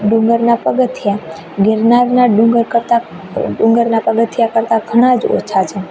ડુંગરના પગથીયા ગિરનારના ડુંગર કરતા ડુંગરના પગથીયા કરતા ઘણા જ ઓછા છે